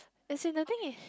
as in the thing is